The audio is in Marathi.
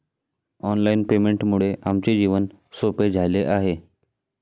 ऑनलाइन पेमेंटमुळे आमचे जीवन सोपे झाले आहे